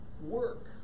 work